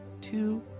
two